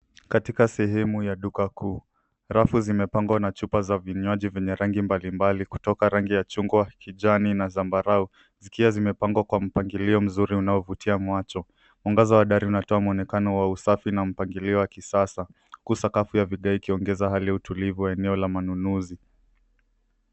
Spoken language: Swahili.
Katika sehemu ya duka kuu. Rafu zimepangwa na chupa za vinywaji vyenye rangi mbalimbali kutoka rangi ya chungwa, kijana na zambarau. Zimepangwa kwa mpangilio mzuri unaovutia macho. Mangaza wa dari unatoa muonekano wa usafi na mpangilio wa kisasa. Huku sakafu ya bidhaa ikiongeza hali ya utulivu eneo ya manunuzi.